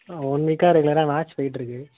ஆ one வீக்கா ரெகுலரா match போயிட்ருக்குது